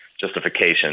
justification